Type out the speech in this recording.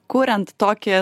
kuriant tokį